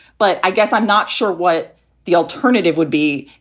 but i guess i'm not sure what the alternative would be.